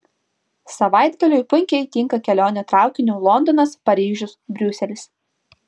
savaitgaliui puikiai tinka kelionė traukiniu londonas paryžius briuselis